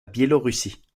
biélorussie